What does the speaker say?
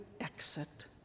exit